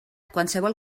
qualsevol